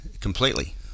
completely